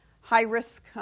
high-risk